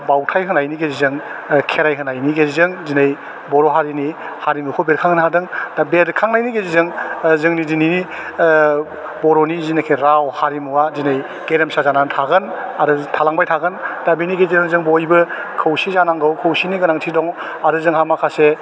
बावथाय होनायनि गेजेरजों खेराइ होनायनि गेजेरजों दिनै बर' हारिनि हारिमुखौ बेरखांहोनो हादों दा बेरखांनायनि गेजेरजों जोंनि दिनैनि बर'नि जिनाखि राव हारिमुवा दिनै गेरेमसा जानानै थागोन आरो थालांबाय थागोन दा बेनि गेजेरजों जों बयबो खौसे जानांगौ खौसेनि गोनांथि दङ आरो जोंहा माखासे